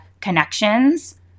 connections